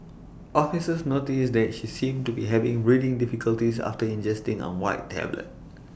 officers noticed that she seemed to be having breathing difficulties after ingesting A white tablet